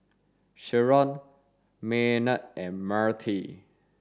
Sheron Maynard and Myrtie